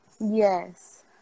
Yes